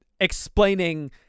explaining